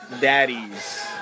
daddies